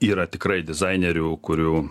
yra tikrai dizainerių kurių